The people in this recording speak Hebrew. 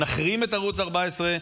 נחרים את ערוץ 14,